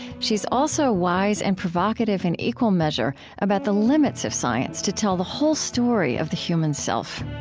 she's also wise and provocative in equal measure about the limits of science to tell the whole story of the human self.